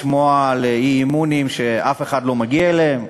לשמוע על אי-אמונים שאף אחד לא מגיע להם,